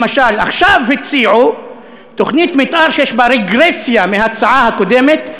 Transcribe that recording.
למשל עכשיו הציעו תוכנית מתאר שיש בה רגרסיה מההצעה הקודמת,